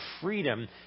freedom